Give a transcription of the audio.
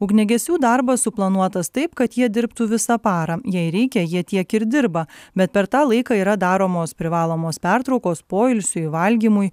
ugniagesių darbas suplanuotas taip kad jie dirbtų visą parą jei reikia jie tiek ir dirba bet per tą laiką yra daromos privalomos pertraukos poilsiui valgymui